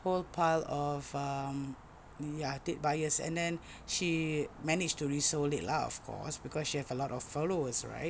whole pile of um ya dead buyers and then she managed to resold it lah of course cause she have a lot of followers right